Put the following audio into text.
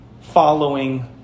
following